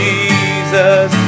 Jesus